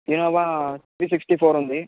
Innova three sixty four ఉంది